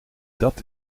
dat